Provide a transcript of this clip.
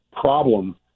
problem